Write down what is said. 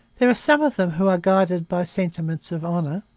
there are some of them who are guided by sentiments of honour.